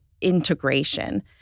integration